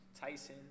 Tyson